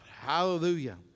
Hallelujah